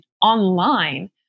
online